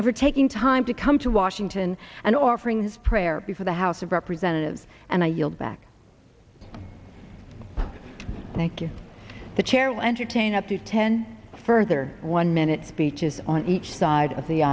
for taking time to come to washington and offering his prayer before the house of representatives and i yield back thank you the chair will entertain up to ten further one minute speeches on each side of the